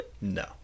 No